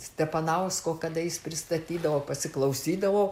stepanausko kada jis pristatydavo pasiklausydavau